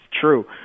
true